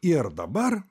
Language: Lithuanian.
ir dabar